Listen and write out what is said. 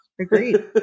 Agreed